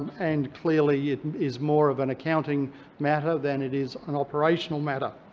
and clearly it is more of an accounting matter than it is an operational matter.